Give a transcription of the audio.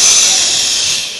שקט.